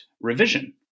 revision